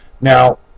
Now